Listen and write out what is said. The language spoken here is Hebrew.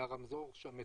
והרמזור שם מצפצף.